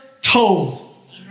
told